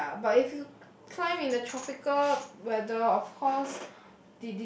ya but if you climb in the tropical weather of course